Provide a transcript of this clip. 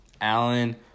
Allen